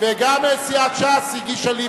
גם סיעת ש"ס הגישה לי,